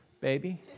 Baby